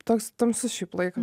toks tamsus šiaip laikas